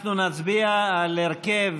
אנחנו נצביע על הרכב